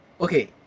Okay